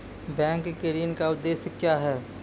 Bank के ऋण का उद्देश्य क्या हैं?